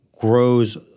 grows